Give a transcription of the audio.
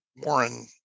Warren